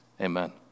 amen